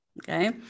Okay